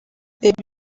reba